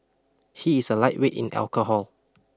he is a lightweight in alcohol